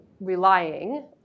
relying